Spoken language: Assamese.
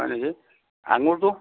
হয় নেকি আঙুৰটো